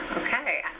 okay!